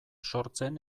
sortzen